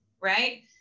right